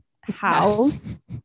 house